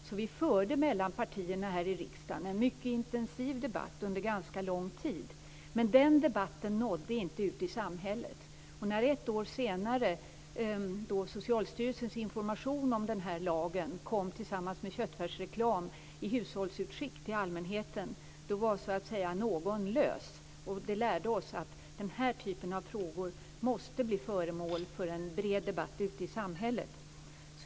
Därför förde vi mellan partierna här i riksdagen en mycket intensiv debatt under ganska lång tid, men den debatten nådde inte ut i samhället. Ett år senare kom Socialstyrelsens information om denna lag ut tillsammans med köttfärsreklam i hushållsutskick till allmänheten. Det lärde oss att den här typen av frågor måste bli föremål för en bred debatt ute i samhället.